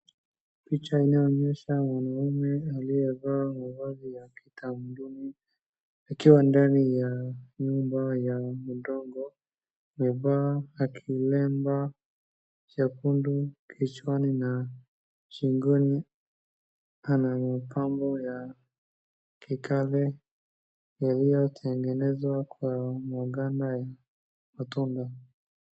Picha inaonyesha mwanaume aliyevaa mavazi ya kitamaduni akiwa ndani ya nyumba ya udongo , amevaa kilemba chekundu kichwani na shingoni ana mapambo ya kikale yaliyotengenezwa kwa maganda ya matunda.